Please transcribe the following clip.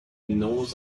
knows